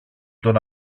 τον